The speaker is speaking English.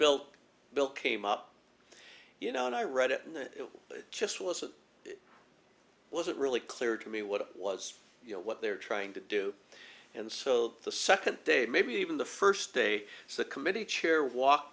built bill came up you know and i read it and it just wasn't it wasn't really clear to me what it was you know what they're trying to do and so the second day maybe even the first day the committee chair walk